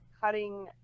cutting